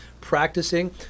practicing